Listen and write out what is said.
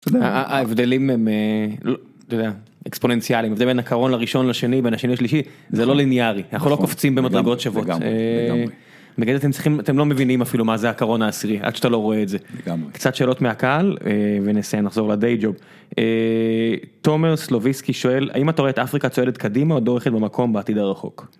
ת׳יודע ה.. ה.. הבדלים הם ל.. אתה יודע.. אקספוננציאלים. זה בין הקרון הראשון לשני בין השני לשלישי. זה לא ליניארי אנחנו לא קופצים במדרגות שוות. לגמרי, לגמרי. בגלל זה אתם צריכים, אתם לא מבינים אפילו מה זה הקרון העשירי עד שאתה לא רואה את זה גם קצת שאלות מהקהל אה.. ונעשה נחזור לדייג'וב. תומר סלוביסקי שואל אם אתה רואה את אפריקה צועדת קדימה או דורכת במקום בעתיד הרחוק.